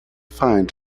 find